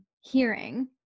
hearing